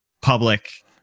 public